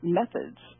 methods